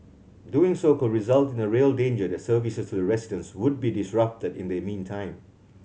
doing so could result in a real danger that services to the residents would be disrupted in the meantime